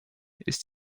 ist